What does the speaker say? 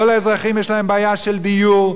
כל האזרחים יש להם בעיה של דיור,